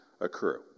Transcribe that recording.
occur